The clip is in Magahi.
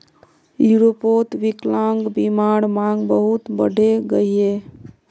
यूरोपोत विक्लान्ग्बीमार मांग बहुत बढ़े गहिये